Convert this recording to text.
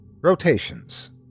Rotations